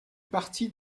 partie